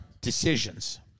decisions